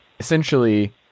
Essentially